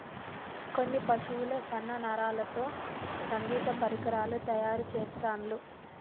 కొన్ని పశువుల సన్న నరాలతో సంగీత పరికరాలు తయారు చెస్తాండ్లు